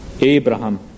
Abraham